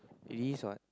it is what